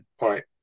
Right